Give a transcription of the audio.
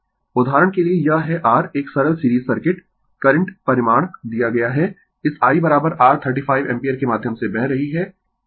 Refer Slide Time 0222 उदाहरण के लिए यह है r एक सरल सीरीज सर्किट करंट परिमाण दिया गया है इस I r 35 एम्पीयर के माध्यम से बह रही है